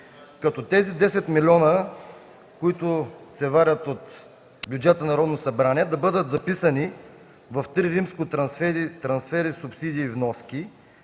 като тези 10 милиона, които се вадят от бюджета на Народното събрание, да бъдат записани в „ІІІ – Трансфери, субсидии и вноски”,